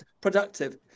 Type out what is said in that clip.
productive